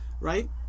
right